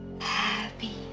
Happy